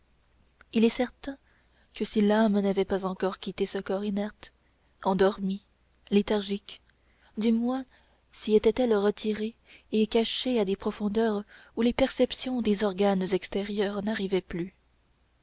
il est certain que si l'âme n'avait pas encore quitté ce corps inerte endormi léthargique du moins s'y était-elle retirée et cachée à des profondeurs où les perceptions des organes extérieurs n'arrivaient plus